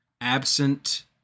absent